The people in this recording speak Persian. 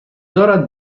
دارد